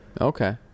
okay